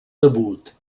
debut